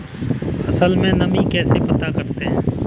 फसल में नमी कैसे पता करते हैं?